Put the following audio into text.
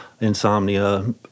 insomnia